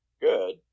good